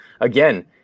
again